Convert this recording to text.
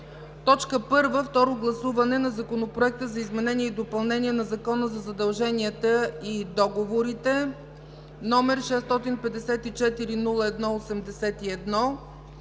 ред: 1. Второ гласуване на Законопроекта за изменение и допълнение на Закона за задълженията и договорите, № 654-01-81.